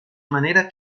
manera